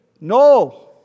No